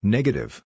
Negative